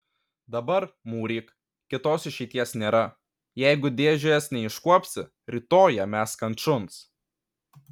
dabar mūryk kitos išeities nėra jeigu dėžės neiškuopsi rytoj ją mesk ant šuns